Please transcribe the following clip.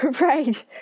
Right